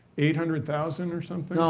eight hundred thousand or something?